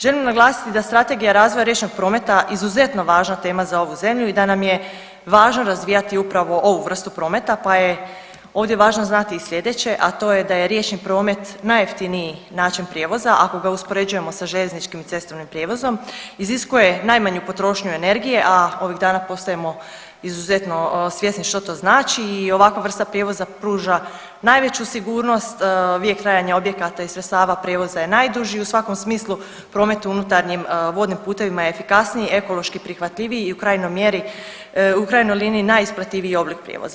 Želim naglasiti da Strategija razvoja riječnog prometa izuzetno važna tema za ovu zemlju i da nam je važno razvijati upravo ovu vrstu prometa pa je ovdje važno znati i sljedeće, a to je da je riječni promet najjeftiniji način prijevoza ako ga uspoređujemo sa željezničkim i cestovnim prijevozom, iziskuje najmanju potrošnju energije, a ovih dana postajemo izuzetno svjesni što to znači i ovakva vrsta prijevoza pruža najveću sigurnost, vijek trajanja objekata i sredstava prijevoza je najduži u svakom smislu, promet unutarnjim vodnim putevima je efikasniji, ekološki prihvatljiviji i u krajnjoj mjeri, u krajnjoj liniji, najisplativiji oblik prijevoza.